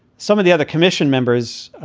some of the other commission members,